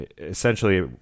Essentially